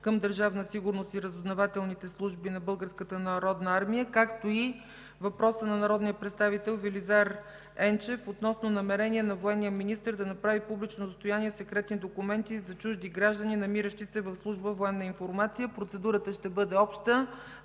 към Държавна сигурност и разузнавателните служби на Българската народна армия, както и въпросът на народния представител Велизар Енчев относно намерение на военния министър да направи публично достояние секретни документи за чужди граждани, намиращи се в Служба „Военна информация“. Процедурата ще бъде обща